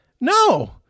No